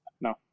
No